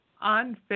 on